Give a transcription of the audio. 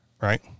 right